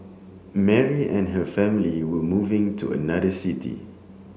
Mary and her family were moving to another city